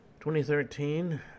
2013